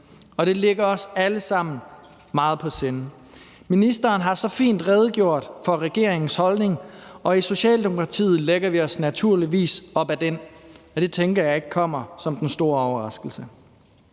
Det ligger os alle sammen meget på sinde. Ministeren har så fint redegjort for regeringens holdning, og i Socialdemokratiet lægger vi os naturligvis op ad den, og det tænker jeg ikke kommer som den store overraskelse.